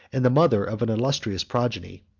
and the mother of an illustrious progeny.